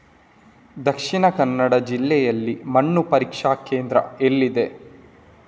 ದಕ್ಷಿಣ ಕನ್ನಡ ಜಿಲ್ಲೆಯಲ್ಲಿ ಮಣ್ಣು ಪರೀಕ್ಷಾ ಕೇಂದ್ರ ಎಲ್ಲಿದೆ?